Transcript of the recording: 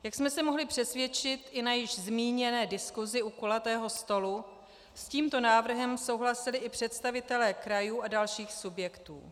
Jak jsme se mohli přesvědčit i na již zmíněné diskusi u kulatého stolu, s tímto návrhem souhlasili i představitelé krajů a dalších subjektů.